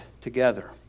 together